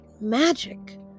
magic